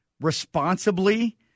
responsibly